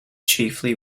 chiefly